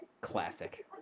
Classic